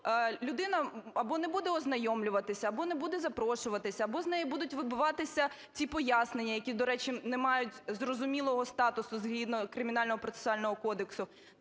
людина або не буде ознайомлюватися, або не буде запрошуватися, або з неї будуть вибиватися ті пояснення, які, до речі, не мають зрозумілого статусу згідно Кримінального процесуального кодексу.